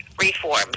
reform